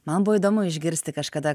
man buvo įdomu išgirsti kažkada